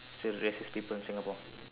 still racist people in Singapore